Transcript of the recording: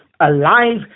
alive